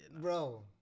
Bro